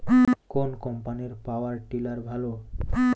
কোন কম্পানির power tiller ভালো?